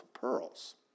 pearls